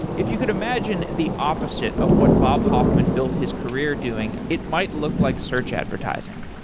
if you could imagine the opposite of what bob hoffman built his career doing, it might look like search advertising.